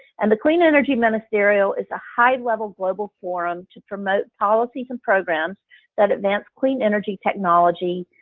and the clean energy ministerial is a high level global forum to promote policies and programs that advance clean energy technology,